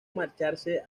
marcharse